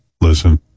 listen